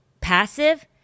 passive